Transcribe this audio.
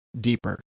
deeper